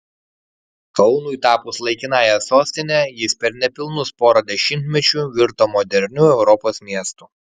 kaunui tapus laikinąja sostine jis per nepilnus pora dešimtmečių virto moderniu europos miestu